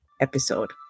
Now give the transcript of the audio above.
episode